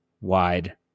wide